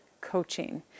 coaching